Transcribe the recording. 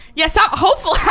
yeah, so hopefully,